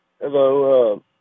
Hello